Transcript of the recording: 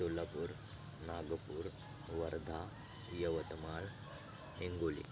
Solapur Nagpur Wardha Yavatmal Hingoli